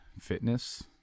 Fitness